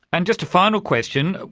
and just a final question, ah